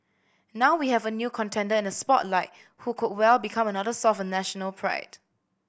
now we have a new contender in the spotlight who could well become another source of national pride